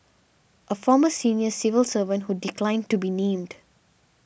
a former senior civil servant who declined to be named